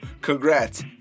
congrats